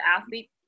athlete